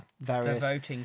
various